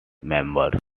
members